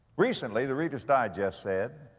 recently the reader's digest said